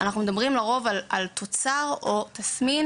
אנחנו לרוב מדברים על תוצר או תסמין,